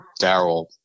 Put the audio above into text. daryl